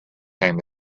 came